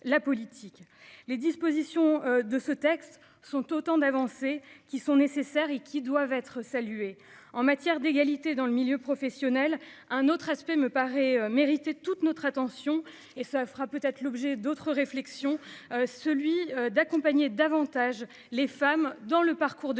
la politique les dispositions de ce texte sont autant d'avancées qui sont nécessaires et qui doivent être saluées en matière d'égalité dans le milieu professionnel. Un autre aspect, me paraît mériter toute notre attention et ça fera peut-être l'objet d'autres réflexions celui d'accompagner davantage les femmes dans le parcours de